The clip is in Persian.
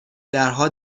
درها